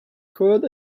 code